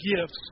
gifts